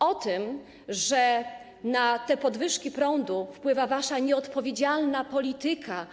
O tym, że na te podwyżki prądu wpływa wasza nieodpowiedzialna polityka.